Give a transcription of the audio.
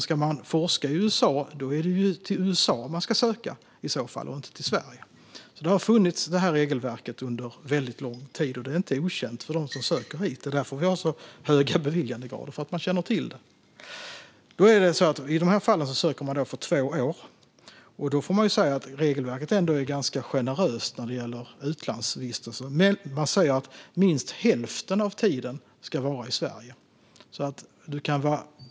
Ska man forska i USA är det i så fall till USA man ska söka och inte till Sverige. Detta regelverk har funnits under väldigt lång tid, och det är inte okänt för dem som söker hit. Det är därför vi har så hög beviljandegrad - man känner till detta. I de här fallen söker man för två år, och man får säga att regelverket ändå är ganska generöst när det gäller utlandsvistelse. Minst hälften av tiden ska vara i Sverige.